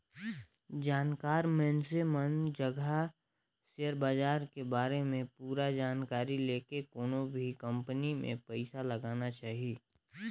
जानकार मइनसे मन जघा सेयर बाजार के बारे में पूरा जानकारी लेके कोनो भी कंपनी मे पइसा लगाना चाही